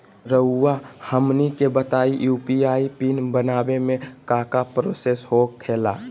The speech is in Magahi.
रहुआ हमनी के बताएं यू.पी.आई पिन बनाने में काका प्रोसेस हो खेला?